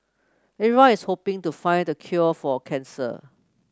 everyone is hoping to find the cure for cancer